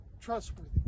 trustworthy